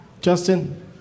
Justin